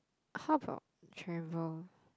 how about travel